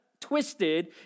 Twisted